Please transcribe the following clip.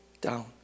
down